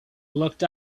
looked